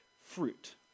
fruit